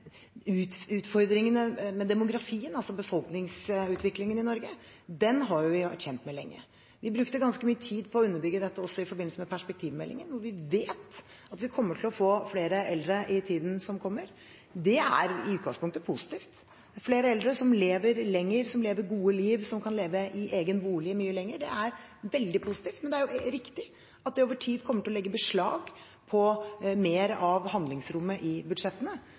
Utfordringene med demografien, altså befolkningsutviklingen, i Norge har vi vært kjent med lenge. Vi brukte ganske mye tid på å underbygge dette også i forbindelse med perspektivmeldingen, og vi vet at vi kommer til å få flere eldre i tiden som kommer. Det er i utgangspunktet positivt. Det er flere eldre som lever lenger, som lever et godt liv, som kan leve i egen bolig mye lenger – det er veldig positivt. Men det er riktig at det over tid kommer til å legge beslag på mer av handlingsrommet i budsjettene.